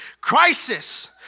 Crisis